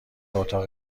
اتاق